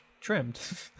Trimmed